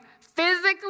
physically